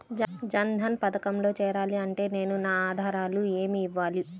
జన్ధన్ పథకంలో చేరాలి అంటే నేను నా ఆధారాలు ఏమి ఇవ్వాలి?